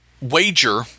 wager